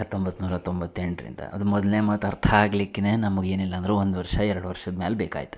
ಹತ್ತೊಂಬತ್ನೂರ ತೊಂಬತ್ತೆಂಟರಿಂದ ಅದು ಮೊದಲನೇ ಮಾತು ಅರ್ಥ ಆಗಲಿಕ್ಕೇನೆ ನಮಗೆ ಏನಿಲ್ಲಾಂದರೂ ಒಂದು ವರ್ಷ ಎರಡು ವರ್ಷದ್ ಮೇಲ್ ಬೇಕಾಯ್ತು